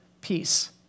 peace